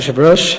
אדוני היושב-ראש,